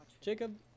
Jacob